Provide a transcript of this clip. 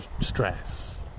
stress